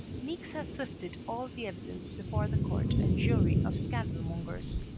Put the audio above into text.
niecks has sifted all the evidence before the court and jury of scandal-mongers.